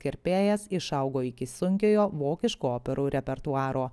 kirpėjas išaugo iki sunkiojo vokiško operų repertuaro